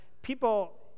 people